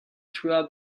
throughout